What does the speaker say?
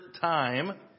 time